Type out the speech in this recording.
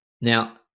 Now